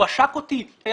הוא עשק אותו,